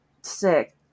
Sick